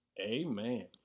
Amen